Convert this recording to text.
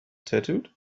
tattooed